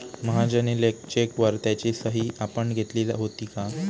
महाजनी चेकवर त्याची सही आपण घेतली होती का?